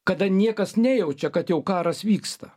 kada niekas nejaučia kad jau karas vyksta